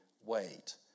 weight